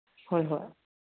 ꯍꯣꯏ ꯍꯣꯏ